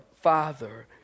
Father